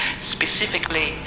Specifically